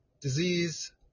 disease